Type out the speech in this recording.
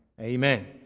amen